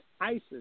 ISIS